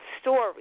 story